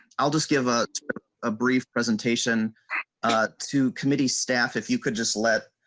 i'll just give us a brief presentation to committee staff if you could just lead.